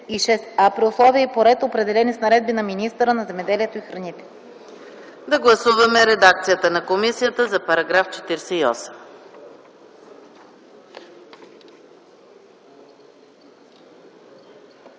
при условия и по ред, определени с наредби на министъра на земеделието и храните.”